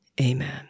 Amen